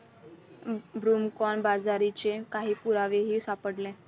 broomcorn बाजरीचे काही पुरावेही सापडले